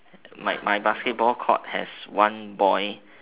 my my basketball court has one boy